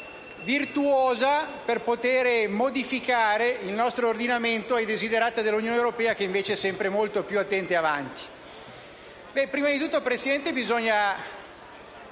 virtuosa per poter modificare il nostro ordinamento secondo i *desiderata* dell'Unione europea, che invece è sempre molto più attenta e avanti.